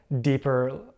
deeper